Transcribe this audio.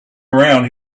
around